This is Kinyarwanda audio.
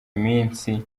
minsi